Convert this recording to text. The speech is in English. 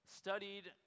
studied